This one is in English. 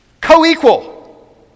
Co-equal